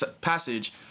Passage